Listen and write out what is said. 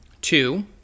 Two